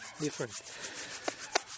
different